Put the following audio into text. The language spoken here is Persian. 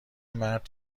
مرد